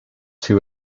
two